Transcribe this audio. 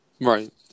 Right